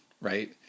right